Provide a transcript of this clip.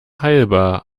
heilbar